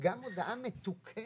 גם הודעה מתוקנת,